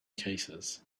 cases